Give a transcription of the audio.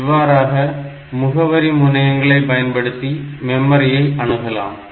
இவ்வாறாக முகவரி முனையங்களை பயன்படுத்தி மெமரியை அணுகலாம்